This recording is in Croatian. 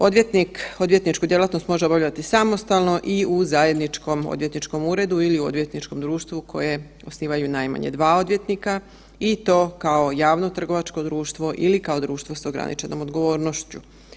Odvjetnik odvjetničku djelatnost može obavljati samostalno i u zajedničkom odvjetničkom uredu ili u odvjetničkom društvu koje osnivaju najmanje 2 odvjetnika, i to kao javno trgovačko društvo ili kao društvo s ograničenom odgovornošću.